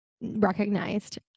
recognized